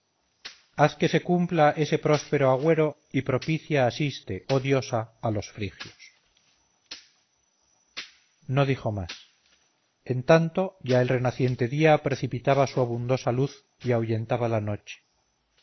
haz que se cumpla ese próspero agüero y propicia asiste oh diosa a los frigios no dijo más en tanto ya el renaciente día precipitaba su abundosa luz y ahuyentaba la noche